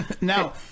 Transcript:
Now